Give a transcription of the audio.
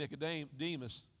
Nicodemus